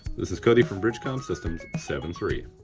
this is cody from bridgecom systems, seventy three.